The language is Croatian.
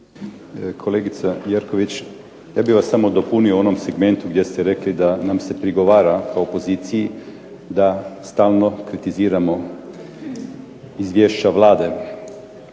Kolegica Jerković, ja bih vas samo dopunio u onom segmentu gdje ste rekli da nam se prigovara kao opoziciji da stalno kritiziramo izvješća Vlade.